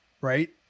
Right